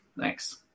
Thanks